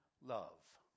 love